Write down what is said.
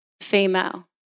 Female